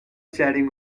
chatting